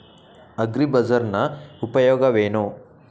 ಅಗ್ರಿಬಜಾರ್ ನ ಉಪಯೋಗವೇನು?